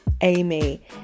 Amy